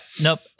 Nope